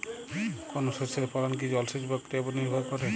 কোনো শস্যের ফলন কি জলসেচ প্রক্রিয়ার ওপর নির্ভর করে?